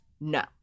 no